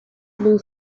blue